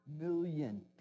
million